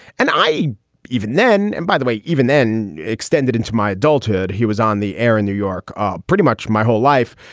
and i even then, and by the way, even then extended into my adulthood. he was on the air in new york ah pretty much my whole life.